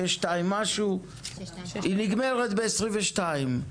החלטה 62 משהו נגמרת ב-2022,